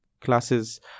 classes